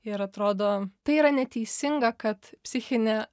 ir atrodo tai yra neteisinga kad psichinė